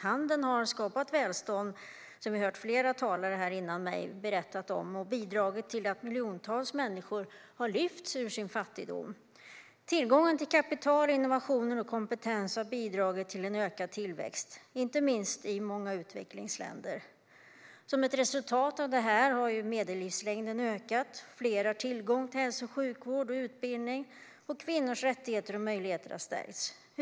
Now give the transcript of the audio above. Handeln har skapat välstånd, som vi har hört flera talare före mig berätta om, och bidragit till att miljontals människor har lyfts ur sin fattigdom. Tillgången till kapital, innovationer och kompetens har bidragit till en ökad tillväxt, inte minst i många utvecklingsländer. Som ett resultat av det här har medellivslängden ökat, fler har tillgång till hälso och sjukvård och utbildning och kvinnors rättigheter och möjligheter har stärkts.